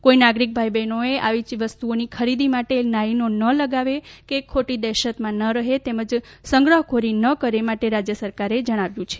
કોઈ નાગરિક ભાઈ બહેનો આવી વસ્તુઓની ખરીદી માટે લાઈનો ન લગાવે કે ખોટી દહેશતમાં ના રહે તેમજ સંગ્રહખોરી ન કરે તે માટે રાજ્ય સરકારે જણાવાયું છે